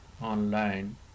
online